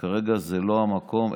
שכרגע זה לא המקום,